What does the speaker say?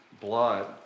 blood